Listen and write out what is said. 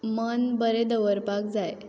मन बरें दवरपाक जाय